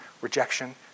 rejection